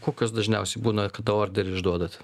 kokios dažniausiai būna kada orderį išduodat